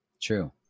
true